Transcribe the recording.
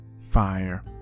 fire